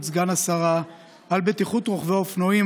סגן השרה על בטיחות רוכבי האופנועים,